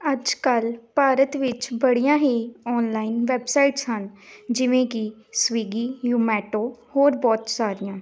ਅੱਜ ਕੱਲ੍ਹ ਭਾਰਤ ਵਿੱਚ ਬੜੀਆਂ ਹੀ ਔਨਲਾਈਨ ਵੈਬਸਾਈਟਸ ਹਨ ਜਿਵੇਂ ਕਿ ਸਵੀਗੀ ਜੂਮੈਟੋ ਹੋਰ ਬਹੁਤ ਸਾਰੀਆਂ